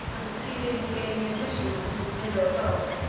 and succeeded in gaining admission into the window above.